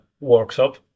workshop